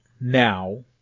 now